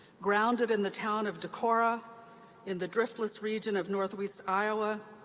grounded in the town of decorah in the driftless region of northeast iowa,